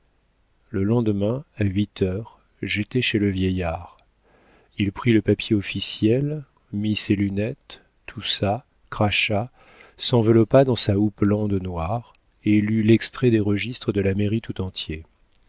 le lendemain à huit heures j'étais chez le vieillard il prit le papier officiel mit ses lunettes toussa cracha s'enveloppa dans sa houppelande noire et lut l'extrait des registres de la mairie tout entier